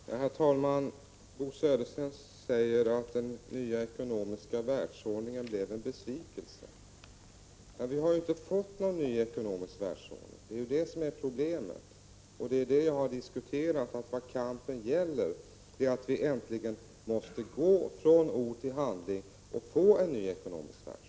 Herr talman! Bo Södersten säger att den nya ekonomiska världsordningen blev en besvikelse. Men vi har inte fått någon ny ekonomisk världsordning, och det är det som är problemet. Jag har när jag diskuterat detta sagt att vad kampen gäller är att vi äntligen måste gå från ord till handling och få till stånd en ny ekonomisk världsordning.